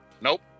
Nope